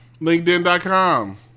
LinkedIn.com